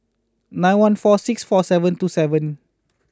nine one four six four seven two seven